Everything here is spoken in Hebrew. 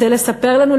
רוצה לספר לנו?